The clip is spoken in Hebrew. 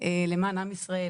למען עם ישראל,